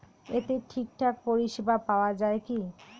এতে ঠিকঠাক পরিষেবা পাওয়া য়ায় কি?